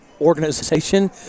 Organization